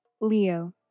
Leo